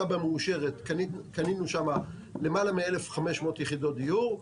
תב"ע מאושרת קנינו שם למעלה מ-1,500 יחידות דיור,